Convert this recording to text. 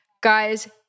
Guys